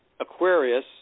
Aquarius